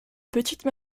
petites